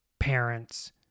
parents